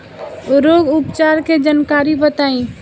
रोग उपचार के जानकारी बताई?